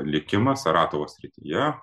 likimą saratovo srityje